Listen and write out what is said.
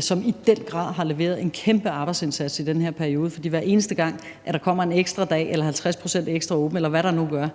som i den grad har leveret en kæmpe arbejdsindsats i den her periode; for hver eneste gang der kommer en ekstra dag eller er 50 pct. ekstra åbent, eller hvad det nu er,